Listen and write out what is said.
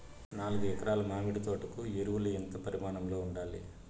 నాలుగు ఎకరా ల మామిడి తోట కు ఎరువులు ఎంత పరిమాణం లో ఉండాలి?